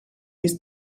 his